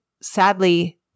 Sadly